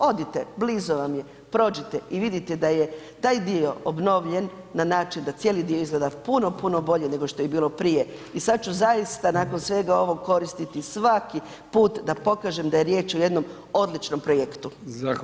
Odite blizu vam je, prođite i vidite da je taj dio obnovljen na način da cijeli dio izgleda puno, puno bolje nego što je bilo prije i sad ću zaista nakon svega ovoga koristiti svaki put da pokažem da je riječ o jednom odličnom projektu.